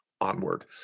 Onward